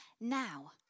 Now